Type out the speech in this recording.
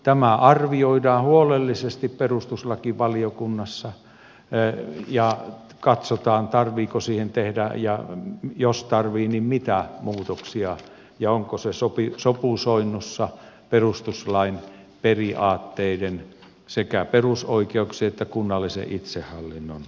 tämä arvioidaan huolellisesti perustuslakivaliokunnassa ja katsotaan tarvitseeko siihen tehdä ja jos tarvitsee niin mitä muutoksia ja onko se sopusoinnussa perustuslain periaatteiden kanssa sekä perusoikeuksien että kunnallisen itsehallinnon näkökulmasta